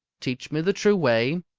teach me the true way.